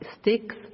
sticks